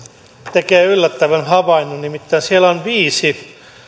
tekee yllättävän havainnon nimittäin siellä on viisi